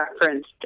referenced